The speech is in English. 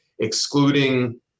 excluding